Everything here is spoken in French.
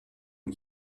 une